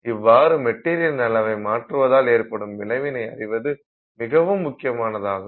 இவ்வாறு மெட்டீரியலின் அளவை மாற்றுவதால் ஏற்படும் விளைவினை அறிவது மிகவும் முக்கியமானதாகும்